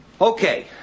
Okay